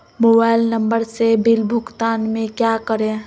Mobile number से bill भुगतान में क्या करें?